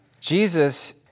Jesus